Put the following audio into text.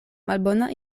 malbona